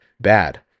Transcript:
bad